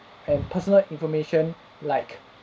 and personal information like